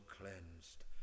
cleansed